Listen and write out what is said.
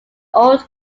old